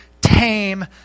tame